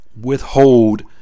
withhold